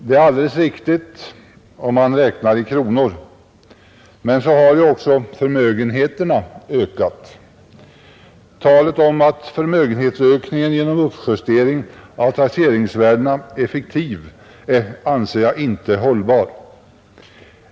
Det är alldeles riktigt om man räknar i kronor, men så har ju också förmögenheterna ökat. Talet om att förmögenhetsökningen genom uppjusteringen av taxeringsvärdena är fiktiv anser jag inte hållbart.